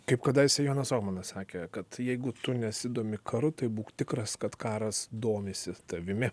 kaip kadaise jonas ohmanas sakė kad jeigu tu nesidomi karu tai būk tikras kad karas domisi tavimi